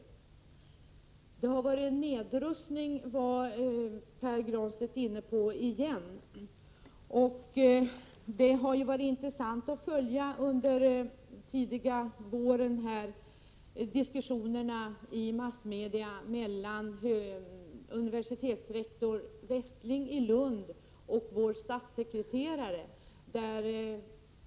Pär Granstedt talade på nytt om nedrustning. Det har under den tidiga våren varit intressant att följa diskussionerna i massmedia mellan universitetsrektor Sven Håkan Westling i Lund och vår statssekreterare.